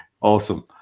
awesome